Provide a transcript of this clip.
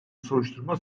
soruşturma